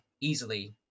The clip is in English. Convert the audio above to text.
easily